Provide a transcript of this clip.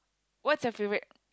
what's your favorite